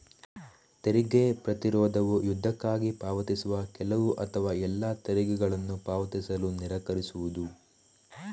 ತೆರಿಗೆ ಪ್ರತಿರೋಧವು ಯುದ್ಧಕ್ಕಾಗಿ ಪಾವತಿಸುವ ಕೆಲವು ಅಥವಾ ಎಲ್ಲಾ ತೆರಿಗೆಗಳನ್ನು ಪಾವತಿಸಲು ನಿರಾಕರಿಸುವುದು